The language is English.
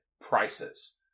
prices